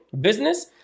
business